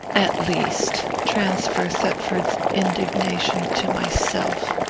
at least, transfer thetford's indignation to myself,